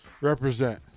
Represent